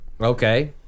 Okay